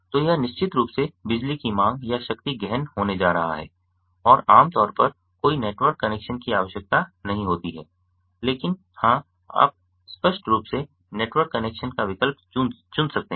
तो यह निश्चित रूप से बिजली की मांग या शक्ति गहन होने जा रहा है और आम तौर पर कोई नेटवर्क कनेक्शन की आवश्यकता नहीं होती है लेकिन हां आप स्पष्ट रूप से नेटवर्क कनेक्शन का विकल्प चुन सकते हैं